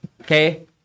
Okay